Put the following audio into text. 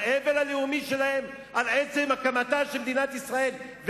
האבל הלאומי שלהם על עצם הקמתה של מדינת ישראל.